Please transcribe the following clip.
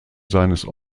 seines